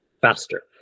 faster